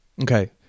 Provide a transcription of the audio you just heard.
Okay